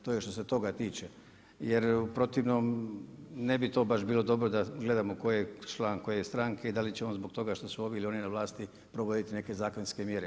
To je što se toga tiče, jer u protivnom ne bi to baš bilo dobro da gledamo tko je član koje stranke, da li će on zbog toga što su ovi ili oni na vlasti provoditi neke zakonske mjere.